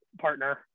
partner